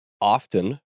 often